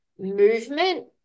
movement